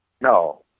No